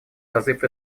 созыв